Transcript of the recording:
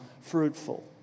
fruitful